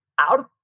out